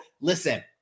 Listen